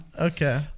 Okay